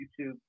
YouTube